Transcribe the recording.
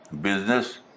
business